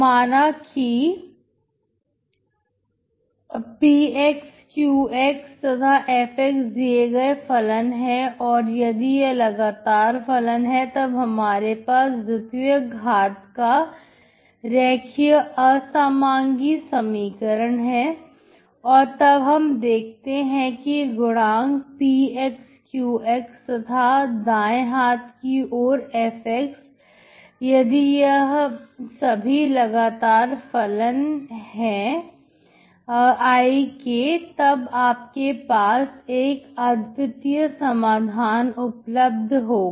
माना कि px qx तथा fx दिए गए फलन है और यदि यह लगातार फलन है तब हमारे पास द्वितीय घाट का रेखीय असमांगी समीकरण है और तब हम देखते हैं कि गुणांक px qx तथा दाएं हाथ की ओर fx यदि यह सभी लगातार फलन है I के तब आपके पास एक अद्वितीय समाधान उपलब्ध होगा